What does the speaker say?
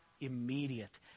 immediate